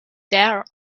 there